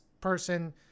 person